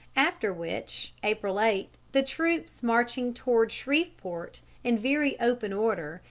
after which, april eight, the troops marching towards shreveport in very open order,